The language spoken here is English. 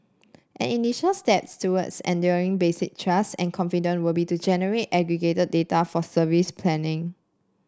an initial step towards engendering basic trust and confidence would be to generate aggregated data for service planning